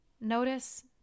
Notice